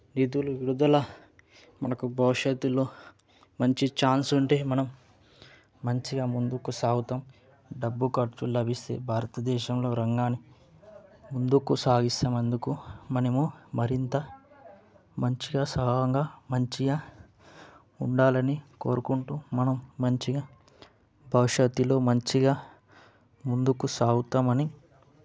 నిధులు విడుదల మనకు భవిష్యత్తులో మంచి చాన్స్ ఉంటే మనం మంచిగా ముందుకు సాగుతాము డబ్బు ఖర్చు లభిస్తే భారతదేశంలో రంగాన్ని ముందుకు సాగిస్తాము అందుకు మనము మరింత మంచిగా సహాయంగా మంచిగా ఉండాలని కోరుకుంటూ మనం మంచిగా భవిష్యత్తులో మంచిగా ముందుకు సాగుతామని